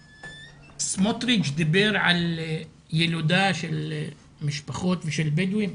סמוטריץ' דיבר על ילודה של משפחות של בדואים.